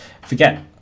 forget